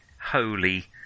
holy